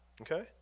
okay